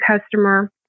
customer